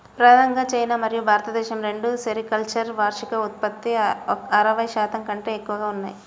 ప్రధానంగా చైనా మరియు భారతదేశం రెండూ సెరికల్చర్ వార్షిక ఉత్పత్తిలో అరవై శాతం కంటే ఎక్కువగా ఉన్నాయి